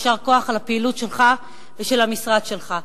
יישר כוח על הפעילות שלך ושל המשרד שלך.